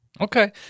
Okay